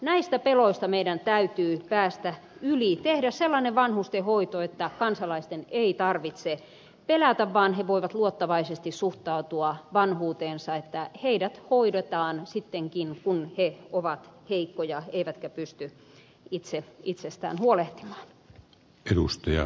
näistä peloista meidän täytyy päästä yli tehdä sellainen vanhustenhoito että kansalaisten ei tarvitse pelätä vaan he voivat luottavaisesti suhtautua vanhuuteensa että heidät hoidetaan sittenkin kun he ovat heikkoja eivätkä pysty itse itsestään huolehtimaan